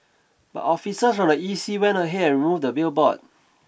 but officers from the E C went ahead and removed the billboard